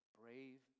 brave